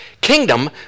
kingdom